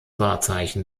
wahrzeichen